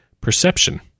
perception